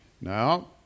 Now